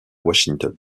washington